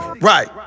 Right